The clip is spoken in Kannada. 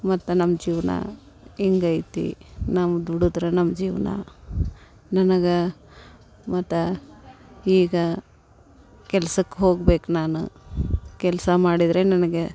ಮತ್ತು ನಮ್ಮ ಜೀವನ ಹಿಂಗೈತಿ ನಾವು ದುಡಿದ್ರೆ ನಮ್ಮ ಜೀವನ ನನಗೆ ಮತ್ತು ಈಗ ಕೆಲ್ಸಕ್ಕೆ ಹೋಗ್ಬೇಕು ನಾನು ಕೆಲಸ ಮಾಡಿದರೆ ನನಗೆ